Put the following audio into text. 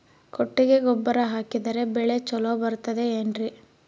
ಕೊಟ್ಟಿಗೆ ಗೊಬ್ಬರ ಹಾಕಿದರೆ ಬೆಳೆ ಚೊಲೊ ಬರುತ್ತದೆ ಏನ್ರಿ?